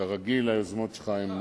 כרגיל, היוזמות שלך הן